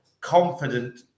confident